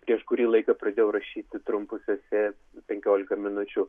prieš kurį laiką pradėjau rašyti trumpus esė penkiolika minučių